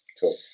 Cool